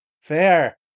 Fair